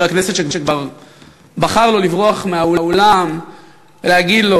הכנסת שבחר לו לברוח מהאולם ולהגיד לו: